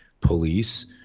police